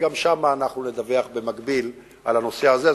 וגם שם אנחנו נדווח במקביל על הנושא הזה.